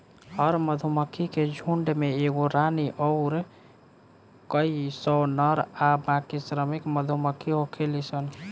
हर मधुमक्खी के झुण्ड में एगो रानी अउर कई सौ नर आ बाकी श्रमिक मधुमक्खी होखेली सन